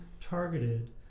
targeted